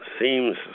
seems